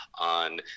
on